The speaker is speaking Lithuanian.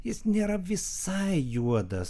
jis nėra visai juodas